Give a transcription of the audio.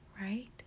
right